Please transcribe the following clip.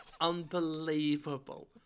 unbelievable